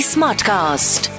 Smartcast